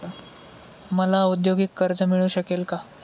मला औद्योगिक कर्ज मिळू शकेल का?